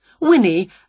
Winnie